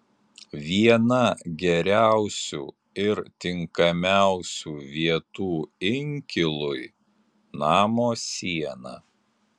viena geriausių ir tinkamiausių vietų inkilui namo siena